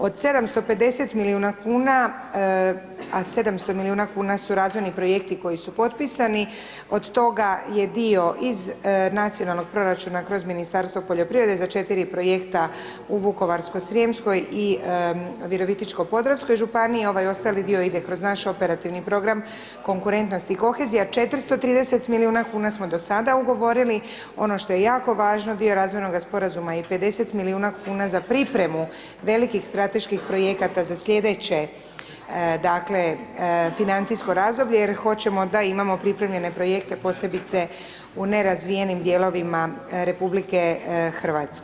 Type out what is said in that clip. Od 750 milijuna kn, a 700 milijuna kn su razvojni projekti koji su propisani, od toga je dio iz nacionalnog proračuna kroz Ministarstvo poljoprivrede, za 4 projekta u Vukovarskoj srijemskoj i Virovitičko podravskoj županiji, a ovaj ostali dio ide kroz naš operativni program konkurentnosti i kohezija, 430 milijuna kn smo do sada ugovorili, ono što je jako važno dio razvojnog sporazuma je 50 milijuna kn za pripremu velikih strateških projekata za sljedeće financijsko razdoblje, jer hoćemo da imamo pripremljene projekte posebice u nerazvijenim dijelovima RH.